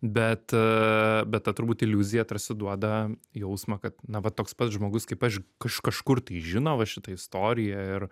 bet bet ta turbūt iliuzija tarsi duoda jausmą kad na va toks pats žmogus kaip aš iš kažkur tai žino va šitą istoriją ir